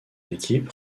équipe